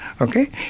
Okay